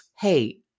hey